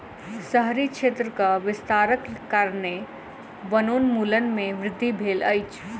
शहरी क्षेत्रक विस्तारक कारणेँ वनोन्मूलन में वृद्धि भेल अछि